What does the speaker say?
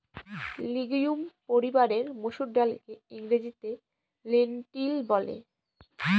legume পরিবারের মসুর ডালকে ইংরেজিতে লেন্টিল বলে